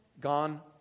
gone